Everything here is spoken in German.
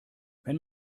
wenn